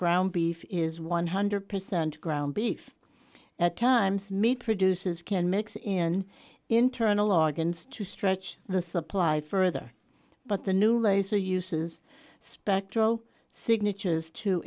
ground beef is one hundred percent ground beef at times meat produces can mix in internal organs to stretch the supply further but the new laser uses spectral signatures to